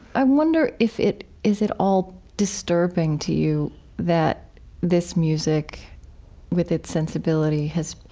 i wonder if it is at all disturbing to you that this music with its sensibility has,